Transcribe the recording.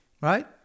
Right